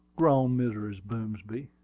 groaned mrs. boomsby.